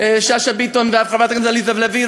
שאשא ביטון וחברת הכנסת עליזה לביא,